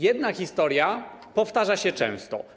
Jedna historia powtarza się często.